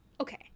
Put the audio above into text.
Okay